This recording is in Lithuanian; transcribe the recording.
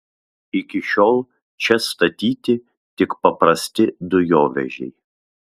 iki šiol čia statyti tik paprasti dujovežiai